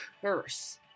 curse